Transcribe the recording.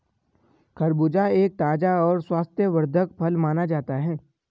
खरबूजा एक ताज़ा और स्वास्थ्यवर्धक फल माना जाता है